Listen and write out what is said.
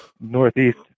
northeast